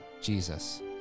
Jesus